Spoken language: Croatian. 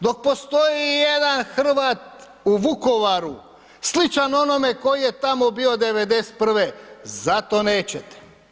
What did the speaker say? Dok postoji ijedan Hrvat u Vukovaru sličan onome koji je tamo bio '91. zato nećete.